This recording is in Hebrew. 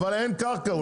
אבל אין קרקע.